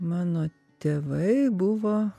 mano tėvai buvo